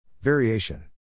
Variation